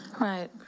right